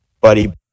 buddy